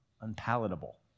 unpalatable